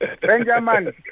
Benjamin